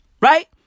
Right